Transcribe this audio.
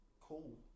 Cool